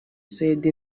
said